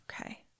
Okay